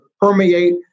permeate